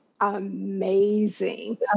amazing